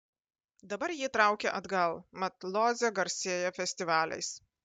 dabar jį traukia atgal mat lodzė garsėja festivaliais